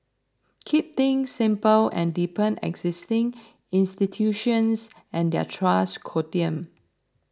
keep things simple and deepen existing institutions and their trust quotient